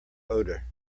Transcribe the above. odor